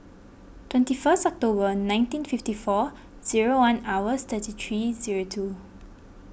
twenty first October nineteen fifty four zero one hours thirty three zero two